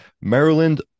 Maryland